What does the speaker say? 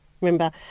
Remember